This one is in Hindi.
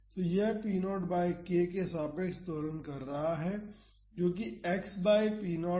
तो यह p 0 बाई k के सापेक्ष दोलन कर रहा है जो कि x by p 0 by k 1 है